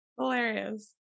hilarious